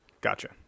Gotcha